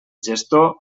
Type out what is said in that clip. gestor